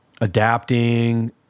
adapting